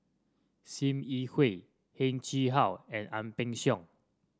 Sim Yi Hui Heng Chee How and Ang Peng Siong